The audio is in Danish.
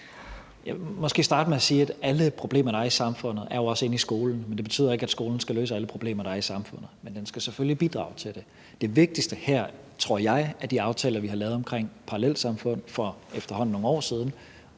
Jeg vil måske starte med at sige, at alle problemer, der er i samfundet, også er i skolen, men det betyder jo ikke, at skolen skal løse alle problemer, der er i samfundet. Men den skal selvfølgelig bidrage til det. Det vigtigste her er, tror jeg, de aftaler, vi har lavet omkring parallelsamfund for efterhånden nogle år siden,